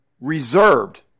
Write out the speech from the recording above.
reserved